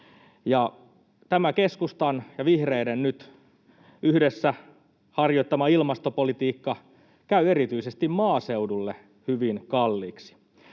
tämä keskustan ja vihreiden nyt yhdessä harjoittama ilmastopolitiikka käy erityisesti maaseudulle hyvin kalliiksi.